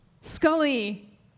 Scully